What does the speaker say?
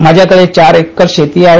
माझ्याकडे चार एकर शेती आहे